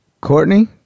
Courtney